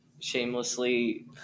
shamelessly